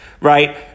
right